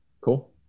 Cool